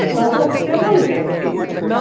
now for several decades,